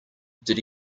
did